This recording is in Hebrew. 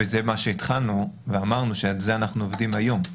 וזה מה שהתחלנו ואמרנו שעל זה אנחנו עובדים היום.